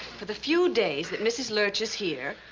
for the few days that mrs. lurch is here,